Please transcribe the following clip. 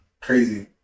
crazy